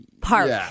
park